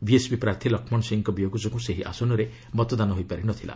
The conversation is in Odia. ବିଏସ୍ପି ପ୍ରାର୍ଥୀ ଲକ୍ଷ୍ମଣ ସିଂଙ୍କ ବିୟୋଗ ଯୋଗୁଁ ସେହି ଆସନରେ ମତଦାନ ହୋଇପାରି ନଥିଲା